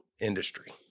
industry